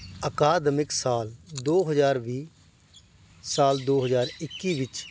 ਅਕਾਦਮਿਕ ਸਾਲ ਦੋ ਹਜ਼ਾਰ ਵੀਹ ਸਾਲ ਦੋ ਹਜ਼ਾਰ ਇੱਕੀ ਵਿੱਚ